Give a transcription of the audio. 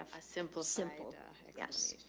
a simple, simple and yes.